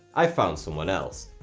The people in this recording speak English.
i've found someone else.